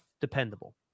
dependable